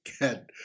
get